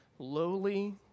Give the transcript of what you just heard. lowly